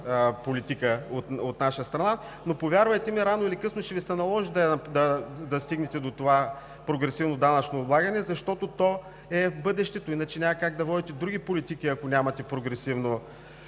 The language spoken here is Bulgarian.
политика от наша страна. Повярвайте ми, рано или късно ще Ви се наложи да стигнете до това прогресивно данъчно облагане, защото то е бъдещето. Няма как да водите други политики, ако нямате прогресивно